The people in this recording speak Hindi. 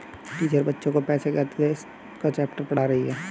टीचर बच्चो को पैसे के आदेश का चैप्टर पढ़ा रही हैं